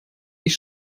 ich